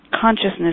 consciousness